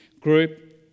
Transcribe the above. group